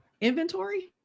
inventory